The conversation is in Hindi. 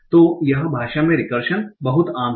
तो यह भाषा में रिकर्शन बहुत आम है